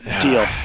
deal